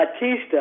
Batista